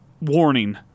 warning